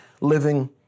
living